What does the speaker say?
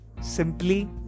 Simply